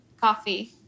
Coffee